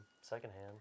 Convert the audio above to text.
secondhand